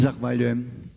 Zahvaljujem.